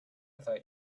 thought